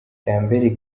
lambert